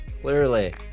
Clearly